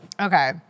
Okay